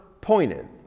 pointed